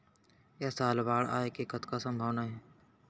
ऐ साल बाढ़ आय के कतका संभावना हे?